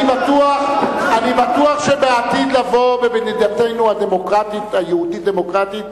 אני בטוח שבעתיד לבוא ובמדינתנו היהודית-דמוקרטית,